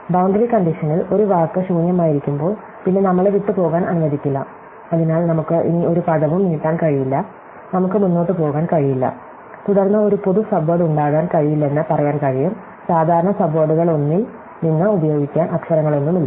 boundary കണ്ടിഷെനിൽ ഒരു വാക്ക് ശൂന്യമായിരിക്കുമ്പോൾ പിന്നെ നമ്മളെ വിട്ടുപോകാൻ അനുവദിക്കില്ല അതിനാൽ നമുക്ക് ഇനി ഒരു പദവും നീട്ടാൻ കഴിയില്ല നമുക്ക് മുന്നോട്ട് പോകാൻ കഴിയില്ല തുടർന്ന് ഒരു പൊതു സബ്വേഡ് ഉണ്ടാകാൻ കഴിയില്ലെന്ന് പറയാൻ കഴിയും സാധാരണ സബ്വേഡുകളിലൊന്നിൽ നിന്ന് ഉപയോഗിക്കാൻ അക്ഷരങ്ങളൊന്നുമില്ല